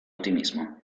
ottimismo